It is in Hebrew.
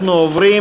אנחנו עוברים